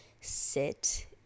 sit